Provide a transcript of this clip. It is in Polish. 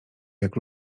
jak